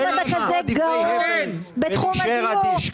אם אתה כזה גאון בתחום הדיור,